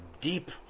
deep